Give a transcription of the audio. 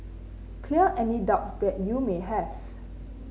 clear any doubts that you may have